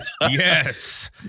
Yes